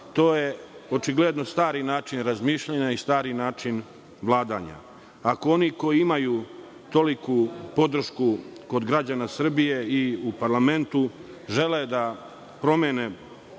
to je očigledno stari način razmišljanja i stari način vladanja. Ako oni koji imaju toliku podršku od građana Srbije i u parlamentu žele da promene